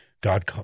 God